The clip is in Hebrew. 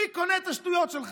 מי קונה את השטויות שלך?